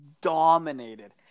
dominated